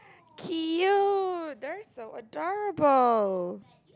cute they're so adorable